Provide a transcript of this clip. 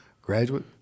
graduate